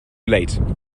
late